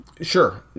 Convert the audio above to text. Sure